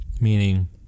Meaning